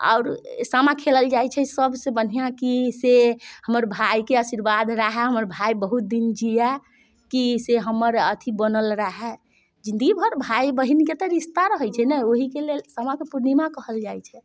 आओर सामा खेलल जाइ छै सबसँ बढ़िआँ की से हमर भाय के आशीर्वाद रहे हमर भाय बहुत दिन जिए की से हमर अथी बनल रहे जिन्दगी भर भाय बहिनके तऽ रिश्ता रहै छै न ओहीके लेल सामाके पूर्णिमा कहल जाइ छै